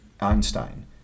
Einstein